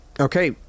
okay